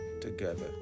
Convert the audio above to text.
together